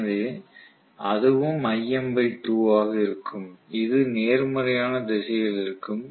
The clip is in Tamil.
எனவே அதுவும் ஆக இருக்கும் அது நேர்மறையான திசையில் இருக்கும்